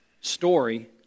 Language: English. story